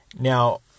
Now